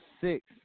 six